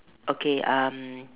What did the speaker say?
okay um